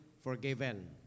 forgiven